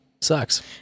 Sucks